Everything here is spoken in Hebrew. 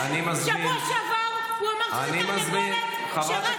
בשבוע שעבר הוא אמר שהוא תרנגולת שרצה אחורה.